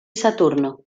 saturno